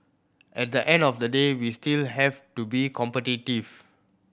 at the end of the day we still have to be competitive